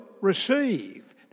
receive